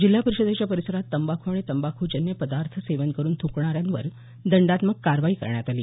जिल्हा परिषदेच्या परिसरात तंबाखू आणि तंबाखूजन्य पदार्थ सेवन करून थूंकणाऱ्यांवर दंडात्मक कारवाई करण्यात आली